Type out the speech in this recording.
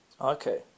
Okay